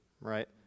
right